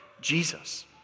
Jesus